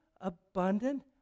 abundant